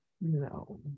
No